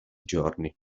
giorni